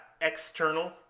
external